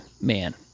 man